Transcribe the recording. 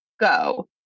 Go